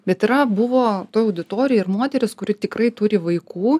bet yra buvo toj auditorijoj ir moteris kuri tikrai turi vaikų